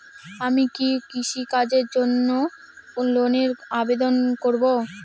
আমি কি কৃষিকাজের জন্য লোনের আবেদন করব?